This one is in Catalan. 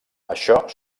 això